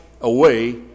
away